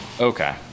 Okay